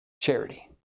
Charity